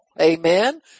Amen